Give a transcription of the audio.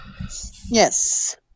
Yes